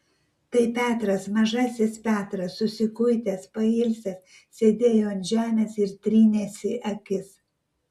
tai petras mažasis petras susikuitęs pailsęs sėdėjo ant žemės ir trynėsi akis